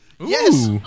Yes